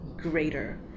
greater